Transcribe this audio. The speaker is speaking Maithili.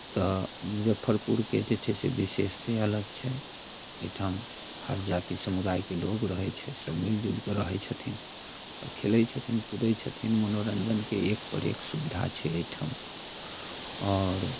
तऽ मुजफ्फरपुरके जे छै से विशेषते अलग छै एहिठाम हर जाति समुदायके लोक रहै छै सभ मिलि जुलि कऽ रहै छथिन आओर खेलै छथिन कुदै छथिन मनोरञ्जनके एक पर एक सुविधा छै एहिठाम और